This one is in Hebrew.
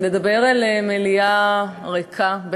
לדבר אל מליאה ריקה,